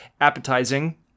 appetizing